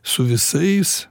su visais